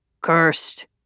Cursed